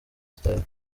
style